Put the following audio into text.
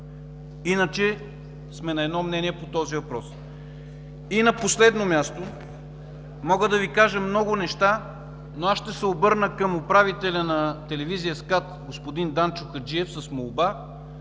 Иначе сме на едно мнение по този въпрос. И на последно място, мога да Ви кажа много неща, но ще се обърна към управителя на телевизия „СКАТ“ господин Данчо Хаджиев с молба